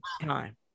time